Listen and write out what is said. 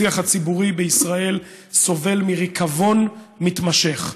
השיח הציבורי בישראל סובל מריקבון מתמשך.